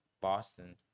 boston